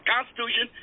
Constitution